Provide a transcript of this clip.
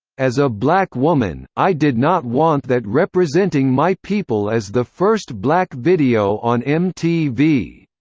as a black woman, i did not want that representing my people as the first black video on mtv.